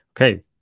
okay